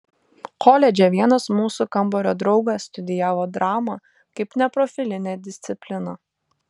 koledže vienas mūsų kambario draugas studijavo dramą kaip neprofilinę discipliną